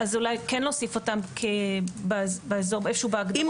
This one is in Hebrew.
אז אולי כן נוסיף אותם איפשהו בהגדרות --- אם